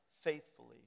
faithfully